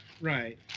right